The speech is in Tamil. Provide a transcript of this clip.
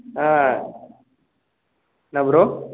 ஆ என்ன ப்ரோ